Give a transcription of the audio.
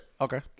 okay